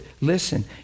listen